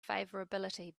favorability